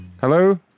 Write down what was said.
Hello